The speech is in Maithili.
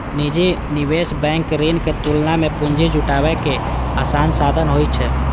निजी निवेश बैंक ऋण के तुलना मे पूंजी जुटाबै के आसान साधन होइ छै